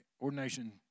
ordination